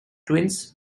twins